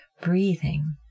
breathing